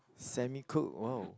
semi cook wow